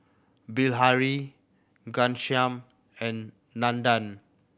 Bilahari Ghanshyam and Nandan